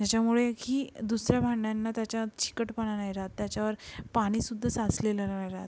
त्याच्यामुळे ही दुसऱ्या भांड्यांना त्याच्यात चिकटपणा नाही राहत त्याच्यावर पाणीसुद्धा साचलेलं नाही राहत